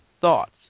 thoughts